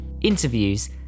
interviews